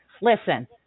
Listen